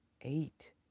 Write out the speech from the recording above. eight